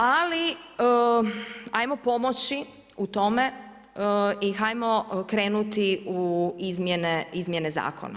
Ali hajmo pomoći u tome i hajmo krenuti u izmjene zakona.